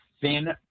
thin